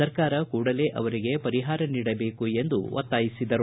ಸರ್ಕಾರ ಕೂಡಲೇ ಅವರಿಗೆ ಪರಿಹಾರ ನೀಡಬೇಕು ಎಂದು ಒತ್ತಾಯಿಸಿದರು